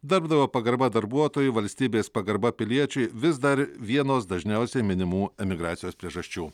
darbdavio pagarba darbuotojui valstybės pagarba piliečiui vis dar vienos dažniausiai minimų emigracijos priežasčių